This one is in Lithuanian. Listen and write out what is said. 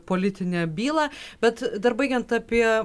politinę bylą bet dar baigiant apie